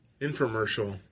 infomercial